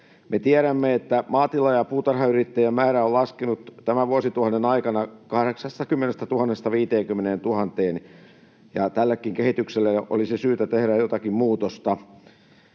Me tiedämme, että maatila- ja puutarhayrittäjien määrä on laskenut tämän vuosituhannen aikana 80 000:sta 50 000:een, ja tällekin kehitykselle olisi syytä tehdä jotakin muutosta.